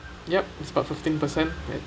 yup it's about fifteen percent